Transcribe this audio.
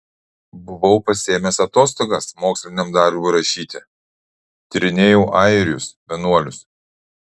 buvau pasiėmęs atostogas moksliniam darbui rašyti tyrinėjau airius vienuolius